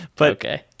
okay